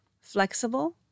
flexible